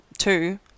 Two